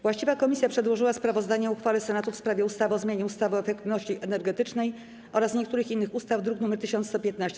Właściwa komisja przedłożyła sprawozdanie o uchwale Senatu w sprawie ustawy o zmianie ustawy o efektywności energetycznej oraz niektórych innych ustaw, druk nr 1115.